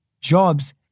Jobs